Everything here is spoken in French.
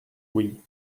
oui